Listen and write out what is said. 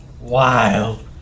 Wild